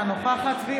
אינה נוכחת צבי